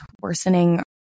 worsening